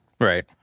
Right